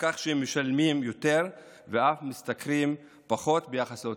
כך שהם משלמים יותר ואף משתכרים פחות ביחס להוצאות.